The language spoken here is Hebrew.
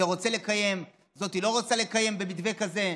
זה רוצה לקיים וזאת לא רוצה לקיים במתווה כזה.